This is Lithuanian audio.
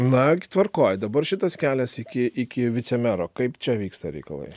na tvarkoj dabar šitas kelias iki iki vicemero kaip čia vyksta reikalai